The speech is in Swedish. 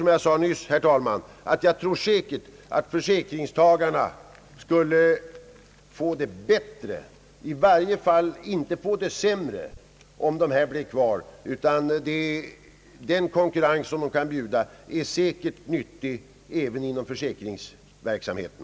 Som jag nyss sade, herr talman, tror jag att försäkringstagarna skulle få det bättre — i varje fall inte sämre — om bolagen blir kvar och bjuder den konkurrens som är så nyttig även inom försäkringsverksamheten.